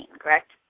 correct